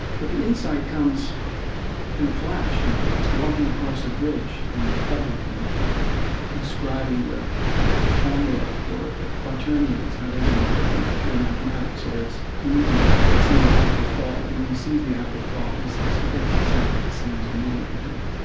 but the insight comes in a flash. you know, it's walking across a bridge in dublin and inscribing the the formula for the quaternions, how they're going to work, in pure mathematics. or it's newton seeing an apple fall. and when he sees the apple fall, he says, well, that's exactly the same as the moon overhead.